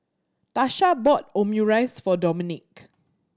Tasha bought Omurice for Domenick